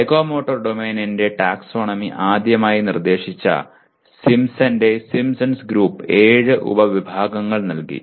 psychomotor ഡൊമെയ്നിന്റെ taxonomy ആദ്യമായി നിർദ്ദേശിച്ച സിംപ്സന്റെ സിംപ്സൺസ് ഗ്രൂപ്പ് ഏഴ് ഉപവിഭാഗങ്ങൾ നൽകി